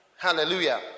Hallelujah